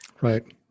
Right